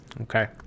okay